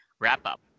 wrap-up